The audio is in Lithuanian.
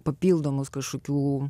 papildomus kažkokių